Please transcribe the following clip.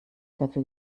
dafür